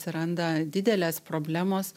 atsiranda didelės problemos